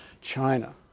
China